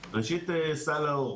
ראשית, סל לאור